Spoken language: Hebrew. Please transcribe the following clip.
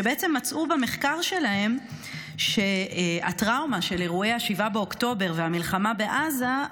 שמצאו במחקר שלהם שהטראומה של אירועי 7 באוקטובר והמלחמה בעזה,